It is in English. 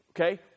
Okay